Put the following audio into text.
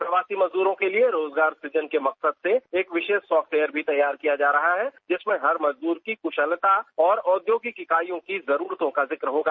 प्रवासी मजदूरों के लिए रोजगार सृजन के मकसद से एक विशेष सॉफ्टवेयर भी तैयार किया जा रहा है जिसमें हर मजदूर की कुशलता और औद्योगिक इकाइयों की जरूरतों का जिक्र होगा